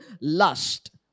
lust